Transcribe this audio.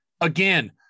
again